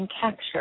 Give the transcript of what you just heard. capture